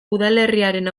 udalerriaren